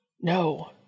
No